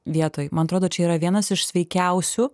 vietoj man atrodo čia yra vienas iš sveikiausių